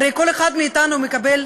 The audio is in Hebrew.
הרי כל אחד מאתנו מקבל,